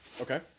Okay